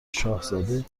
شاهزاده